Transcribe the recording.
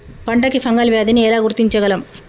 పంట కి ఫంగల్ వ్యాధి ని ఎలా గుర్తించగలం?